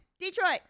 Detroit